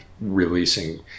releasing